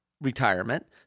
retirement